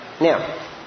Now